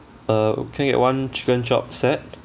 uh can I get one chicken chop set